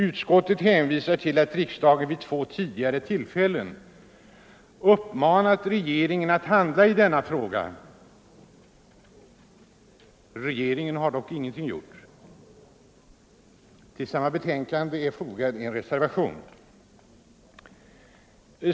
Utskottet hänvisar till att riksdagen vid två tidigare tillfällen uppmanat regeringen att handla i denna fråga. Regeringen har dock ingenting gjort. Vid samma betänkande är fogad en reservation.